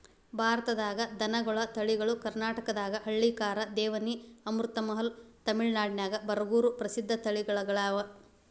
ಭಾರತದಾಗ ದನಗೋಳ ತಳಿಗಳು ಕರ್ನಾಟಕದಾಗ ಹಳ್ಳಿಕಾರ್, ದೇವನಿ, ಅಮೃತಮಹಲ್, ತಮಿಳನಾಡಿನ್ಯಾಗ ಬರಗೂರು ಪ್ರಸಿದ್ಧ ತಳಿಗಳಗ್ಯಾವ